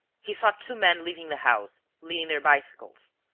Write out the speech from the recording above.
he saw two men leaving the house, leading their bicycles.